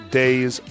days